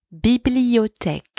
bibliothèque